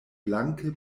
blanke